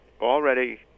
already